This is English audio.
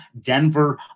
Denver